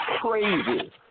crazy